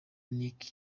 nick